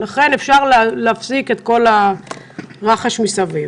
ולכן אפשר להפסיק את כל הרחש מסביב.